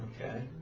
Okay